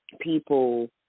people